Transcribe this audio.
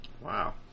Wow